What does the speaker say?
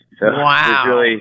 Wow